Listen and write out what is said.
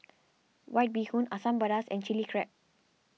White Bee Hoon Asam Pedas and Chilli Crab